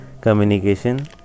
communication